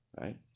Right